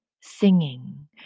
singing